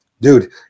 dude